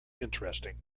interesting